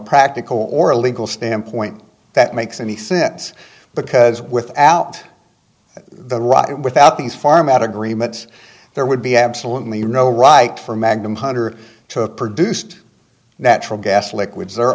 practical or a legal standpoint that makes any sense because without the right without these farm out agreements there would be absolutely no right for magnum hunter to produced that for gas liquids o